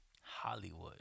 Hollywood